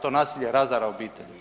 To nasilje razara obitelj.